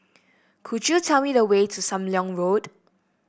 could you tell me the way to Sam Leong Road